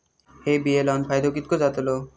हे बिये लाऊन फायदो कितको जातलो?